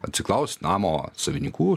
atsiklaust namo savininkų